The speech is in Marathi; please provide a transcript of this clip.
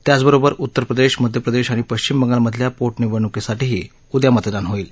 त्याबरोबर उत्तरप्रदेश मध्यप्रदेश आणि पश्चिम बंगालमधल्या पोटनिवडणुकीसाठीही उद्या मतदान होईल